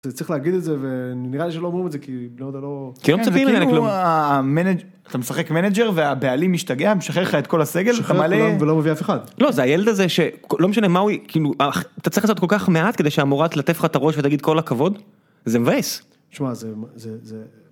זה צריך להגיד את זה ואני נראה שלא אמרו את זה כי אני לא מסחק מנאג'ר והבעלים משתגע משחרר את כל הסגל. לא זה הילד הזה שלא משנה מה הוא כאילו אתה צריך לעשות כל כך מעט כדי שאמור לתת לך את הראש ותגיד כל הכבוד זה מבאס.